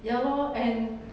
ya lor and